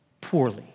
poorly